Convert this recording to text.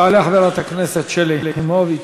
תעלה חברת הכנסת שלי יחימוביץ,